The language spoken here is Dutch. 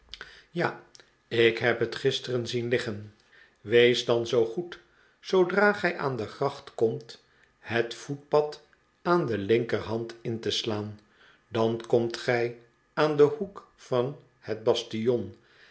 ja ik heb het gisteren zien liggen wees dan zoo goed zoodra gij aan de gracht komt het voetpad aan de linkerhand in te slaan dan komt gij aan den hoek van het bastion